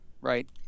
Right